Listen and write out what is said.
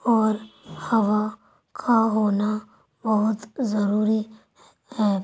اور ہوا کا ہونا بہت ضروری ہے